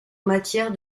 matière